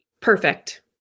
Perfect